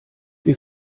wir